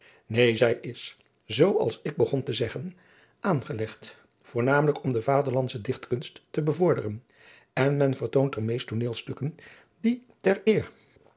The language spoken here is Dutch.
neen zij is zoo als ik begon te zeggen aangelegd voornamelijk om de vaderlandsche dichtkunst te bevorderen en men vertoont er meest tooneelstukken die ter eer